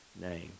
name